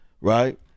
Right